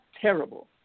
terrible